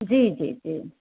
जी जी जी